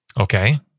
Okay